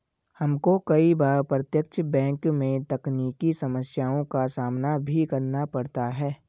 हमको कई बार प्रत्यक्ष बैंक में तकनीकी समस्याओं का सामना भी करना पड़ता है